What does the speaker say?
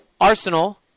Arsenal